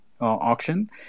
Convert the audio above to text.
auction